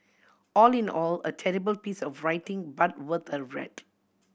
all in all a terrible piece of writing but worth a read